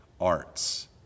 arts